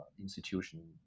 institution